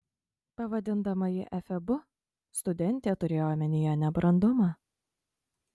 pavadindama jį efebu studentė turėjo omenyje nebrandumą